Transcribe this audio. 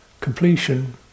Completion